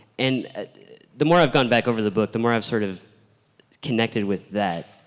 and the more i've gone back over the book the more i've sort of connected with that.